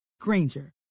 granger